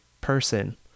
person